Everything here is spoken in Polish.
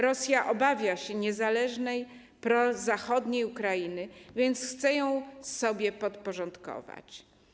Rosja obawia się niezależnej, prozachodniej Ukrainy, więc chce ją sobie podporządkować.